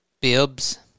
bibs